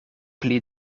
pli